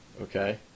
Okay